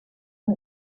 and